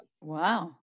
Wow